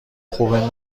خوبه